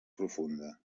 profunda